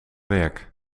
werk